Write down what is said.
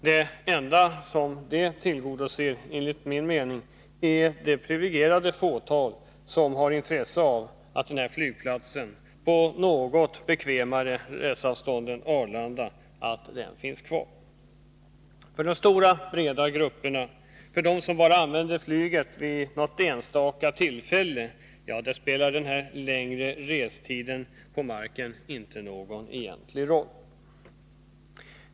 De enda som det enligt min mening tillgodoser är det privilegierade fåtal som har intresse av att en flygplats på något bekvämare resavstånd än Arlanda finns kvar. För de stora, breda folkgrupperna, för dem som bara använder flyget vid något enstaka tillfälle, spelar den längre restiden på marken inte någon egentlig roll.